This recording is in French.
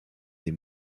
des